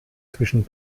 zwischen